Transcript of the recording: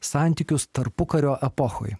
santykius tarpukario epochoj